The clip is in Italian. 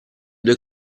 due